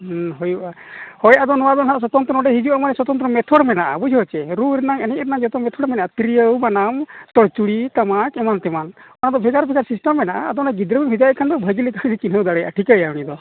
ᱦᱩᱭᱩᱜᱼᱟ ᱦᱳᱭ ᱟᱫᱚ ᱱᱚᱣᱟᱫᱚ ᱱᱟᱦᱟᱜ ᱥᱚᱛᱚᱱᱛᱨᱚ ᱱᱚᱰᱮ ᱦᱤᱡᱩᱜᱼᱟ ᱥᱚᱛᱚᱱᱛᱨᱚ ᱢᱮᱛᱷᱚᱰ ᱢᱮᱱᱟᱜᱼᱟ ᱵᱩᱡᱷᱟᱹᱣ ᱪᱮ ᱨᱩ ᱨᱮᱱᱟᱝ ᱮᱱᱮᱡ ᱨᱮᱱᱟᱝ ᱡᱚᱛᱚ ᱢᱮᱛᱷᱚᱰ ᱢᱮᱱᱟᱜᱼᱟ ᱛᱤᱨᱭᱳ ᱵᱟᱱᱟᱢ ᱛᱚᱪᱩᱲᱤ ᱴᱟᱢᱟᱠ ᱮᱢᱟᱱᱼᱛᱮᱢᱟᱱ ᱚᱱᱟᱫᱚ ᱵᱷᱮᱜᱟᱨ ᱵᱷᱮᱜᱟᱨ ᱥᱤᱥᱴᱮᱢ ᱢᱮᱱᱟᱜᱼᱟ ᱟᱫᱚ ᱚᱱᱟ ᱜᱤᱫᱽᱨᱟᱹᱢ ᱵᱷᱮᱡᱟᱭᱮ ᱠᱷᱟᱱᱫᱚ ᱵᱷᱟᱜᱮ ᱞᱮᱠᱟᱜᱮᱭ ᱪᱤᱱᱦᱟᱹᱣ ᱫᱟᱲᱮᱭᱩᱟᱜᱼᱟ ᱴᱷᱤᱠᱟᱹᱭᱟᱭ ᱩᱱᱤᱫᱚ